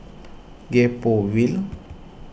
Gek Poh Ville